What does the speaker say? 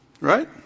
Right